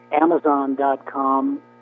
Amazon.com